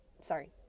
sorry